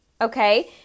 okay